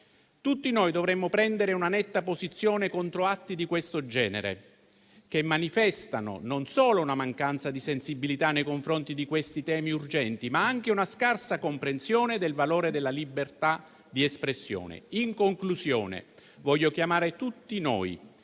Tutti noi dovremmo prendere una netta posizione contro atti di questo genere, che manifestano non solo una mancanza di sensibilità nei confronti di questi temi urgenti, ma anche una scarsa comprensione del valore della libertà di espressione. In conclusione, voglio chiamare tutti noi